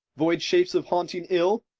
void shapes of haunting ill,